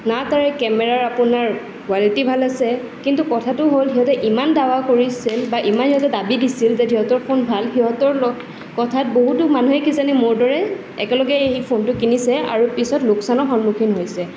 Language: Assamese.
না তাৰ কেমেৰাৰ আপোনাৰ কোৱালিটি ভাল আছে কিন্তু কথাটো হ'ল সিহঁতে ইমান দাবা কৰিছিল বা ইমান সিহঁতে দাবী দিছিল যে সিহঁতৰ ফোন ভাল সিহঁতৰ কথাত বহুতো মানুহ কিজানি মোৰ দৰে একেলগে এই ফোনটো কিনিছে আৰু পিছত লোকচানৰ সন্মুখীন হৈছে